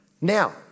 Now